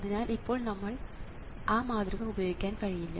അതിനാൽ ഇപ്പോൾ നമുക്ക് ആ മാതൃക ഉപയോഗിക്കാൻ കഴിയില്ല